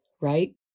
right